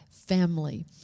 family